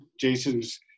Jason's